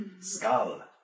Skull